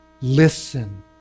listen